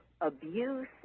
abuse